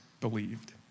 believed